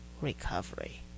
recovery